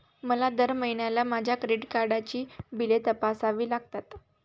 मला दर महिन्याला माझ्या क्रेडिट कार्डची बिले तपासावी लागतात